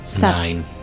Nine